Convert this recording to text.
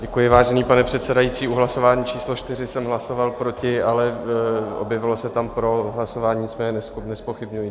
Děkuji, vážený pane předsedající, u hlasování číslo 4 jsem hlasoval proti, ale objevilo se tam pro, hlasování nezpochybňuji.